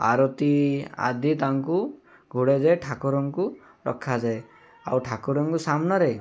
ଆରତୀ ଆଦି ତାଙ୍କୁ ଯାଏ ଠାକୁରଙ୍କୁ ରଖାଯାଏ ଆଉ ଠାକୁରଙ୍କ ସାମ୍ନରେ